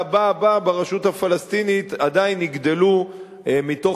והבא-הבא ברשות הפלסטינית עדיין יגדלו מתוך